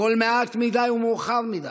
הכול מעט מדי ומאוחר מדי.